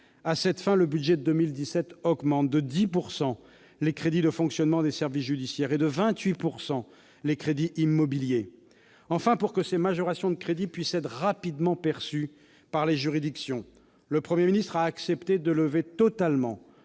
À cette fin, le budget de 2017 augmente de 10 % les crédits de fonctionnement des services judiciaires et de 28 % les crédits immobiliers. Enfin, pour que ces majorations de crédits puissent rapidement être perçues par les juridictions, le Premier ministre a accepté de lever totalement